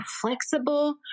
flexible